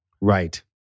Right